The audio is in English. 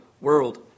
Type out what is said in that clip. world